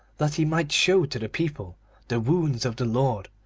that he might show to the people the wounds of the lord,